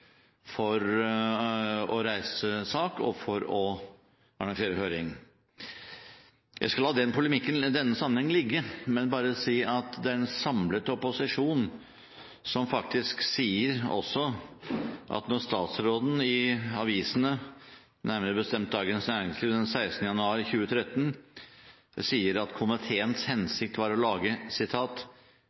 for å reise sak og for å arrangere høring. Jeg skal la den polemikken ligge i denne sammenhengen, men bare si at en samlet opposisjon sier at når statsråden i avisen, nærmere bestemt Dagens Næringsliv den 16. januar 2013, sier at komiteens hensikt er «å lage